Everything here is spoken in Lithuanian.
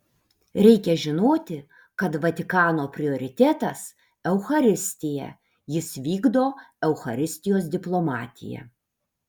reikia žinoti kad vatikano prioritetas eucharistija jis vykdo eucharistijos diplomatiją